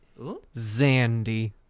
Zandy